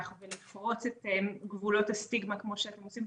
ולפרוץ את גבולות הסטיגמה כמו שאתם עושים,